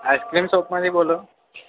ice cream શોપમાંથી બોલો